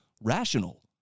rational